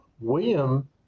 William